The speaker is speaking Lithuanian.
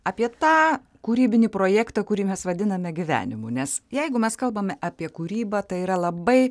apie tą kūrybinį projektą kurį mes vadiname gyvenimu nes jeigu mes kalbame apie kūrybą tai yra labai